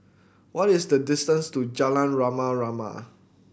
what is the distance to Jalan Rama Rama